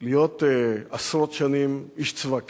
להיות עשרות שנים איש צבא קבע,